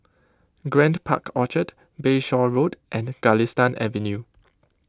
Grand Park Orchard Bayshore Road and Galistan Avenue